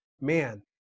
man